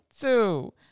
two